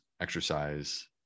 exercise